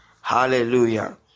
Hallelujah